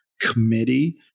committee